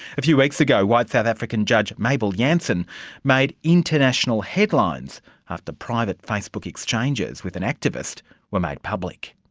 a few weeks ago white south african judge mabel jansen made international headlines after private facebook exchanges with an activist were made public.